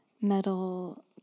metal